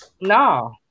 no